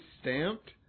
stamped